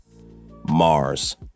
Mars